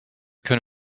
können